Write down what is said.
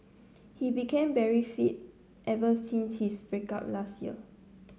he became very fit ever since his break up last year